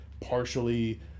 partially